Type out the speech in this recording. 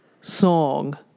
song